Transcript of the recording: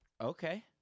Okay